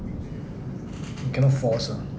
you cannot force ah